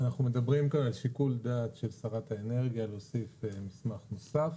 אנחנו מדברים כאן על שיקול דעת של שרת האנרגיה להוסיף מסמך נוסף